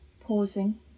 pausing